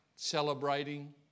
celebrating